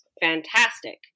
fantastic